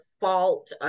fault